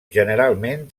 generalment